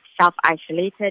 self-isolated